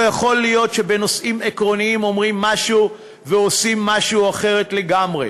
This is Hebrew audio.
לא יכול להיות שבנושאים עקרוניים אומרים משהו ועושים משהו אחר לגמרי.